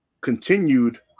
continued